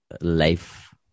life